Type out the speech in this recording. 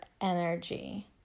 energy